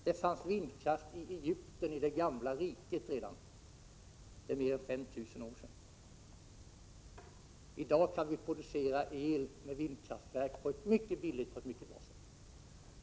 Det fanns vindkraft redan i det gamla riket i Egypten — det är mer än 5 000 år sedan. I dag kan vi producera el med vindkraftverk på ett mycket billigt och bra sätt.